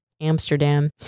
Amsterdam